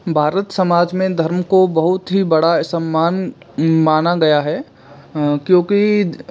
भारत समाज में धर्म को बहुत ही बड़ा सम्मान माना गया है क्योंकि